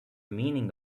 meaning